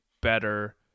better